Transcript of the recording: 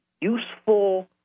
useful